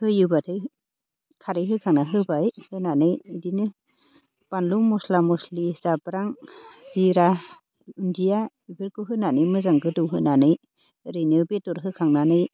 होयोबालाय खारै होखांना होबाय होनानै बिदिनो बान्लु मस्ला मस्लि जाब्रां जिरा दुन्दिया बेफोरखौ होनानै मोजां गोदौ होनानै ओरैनो बेदर होखांनानै